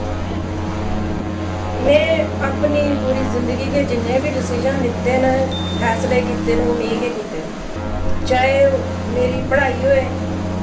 में अपनी पूरी जिंदगी दे जिन्ने बी डिसिजन लैत्ते न फैसले कीते न ओह् मैं गै कीते चाहे मेरी पढ़ाई होऐ